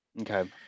okay